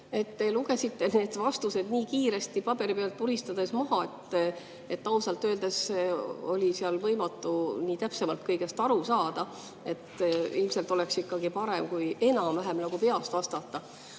Te lugesite need vastused nii kiiresti paberi pealt vuristades maha, et ausalt öeldes oli võimatu täpsemalt kõigest aru saada. Ilmselt oleks ikkagi parem enam-vähem nagu peast vastata.